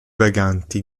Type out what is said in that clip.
vaganti